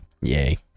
yay